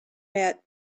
met